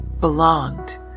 belonged